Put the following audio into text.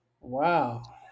Wow